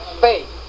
faith